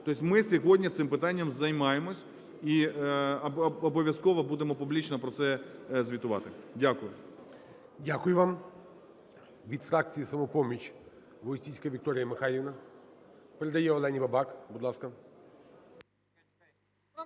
То есть ми сьогодні цим питанням займаємося і обов'язково будемо публічно про це звітувати. Дякую. ГОЛОВУЮЧИЙ. Дякую вам. Від фракції "Самопоміч" Войціцька Вікторія Михайлівна передає Олені Бабак.